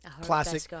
Classic